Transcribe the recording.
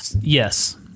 yes